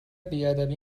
بیادبی